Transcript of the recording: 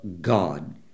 God